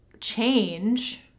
change